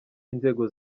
inzego